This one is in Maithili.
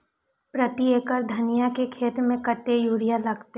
प्रति एकड़ धनिया के खेत में कतेक यूरिया लगते?